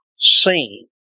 Seen